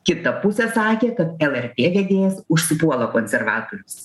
kita pusė sakė kad lrt vedėjas užsipuola konservatorius